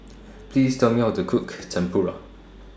Please Tell Me How to Cook Tempura